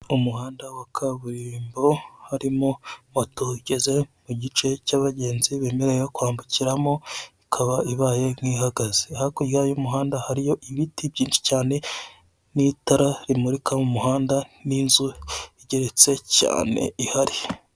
Umuhanda wa kaburimbo, harimo moto igeze mu gice cy'abagenzi bemerewe kwambukiramo, ikaba ibaye nk'ihagaze, hakurya yayo y'umuhanda hariyo ibiti byinshi cyane n'itara rimurika mu muhanda n' inzu igeretse cyane ihari.